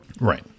Right